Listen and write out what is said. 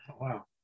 Wow